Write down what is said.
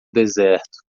deserto